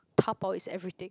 Taobao is everything